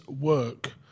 work